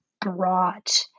brought